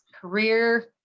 career